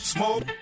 Smoke